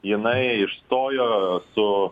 jinai išstojo su